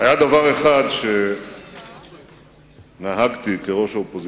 היה דבר אחד שנהגתי, כראש האופוזיציה,